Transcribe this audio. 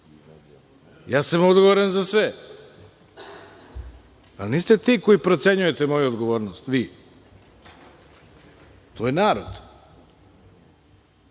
Ja sam odgovoran za sve, ali niste vi ti koji procenjujete moju odgovornost, vi, već to radi